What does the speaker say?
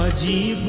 ah de